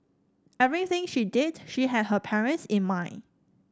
everything she did she had her parents in mind